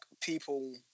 people